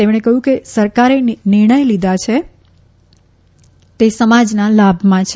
તેમણે કહ્યું કે સરકારે નિર્ણય લીધા છે તે સમાજના લાભમાં છે